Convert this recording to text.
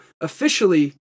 officially